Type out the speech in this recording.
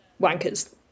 wankers